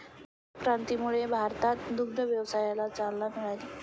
दुग्ध क्रांतीमुळे भारतात दुग्ध व्यवसायाला चालना मिळाली